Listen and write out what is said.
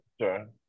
sure